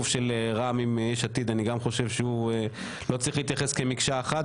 אני חושב שליש עתיד ולרע"ם לא צריך להתייחס כאל מקשה אחת,